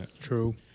True